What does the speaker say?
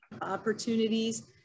opportunities